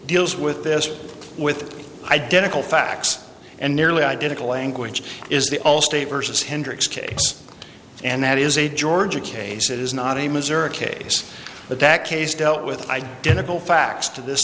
deals with this with identical facts and nearly identical language is the all state vs hendrix case and that is a georgia case it is not a missouri case but that case dealt with identical facts to this